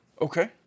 Okay